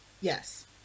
Yes